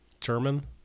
German